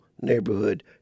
neighborhood